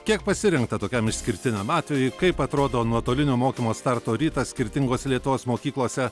kiek pasirengta tokiam išskirtiniam atvejui kaip atrodo nuotolinio mokymo starto rytas skirtingose lietuvos mokyklose